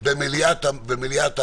-- במליאה,